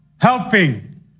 helping